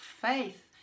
faith